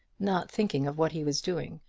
not thinking of what he was doing.